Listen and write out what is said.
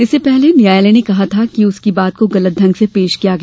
इससे पहले न्यायालय ने कहा था कि उसकी बात को गलत ढंग से पेश किया गया